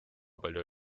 palju